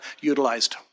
utilized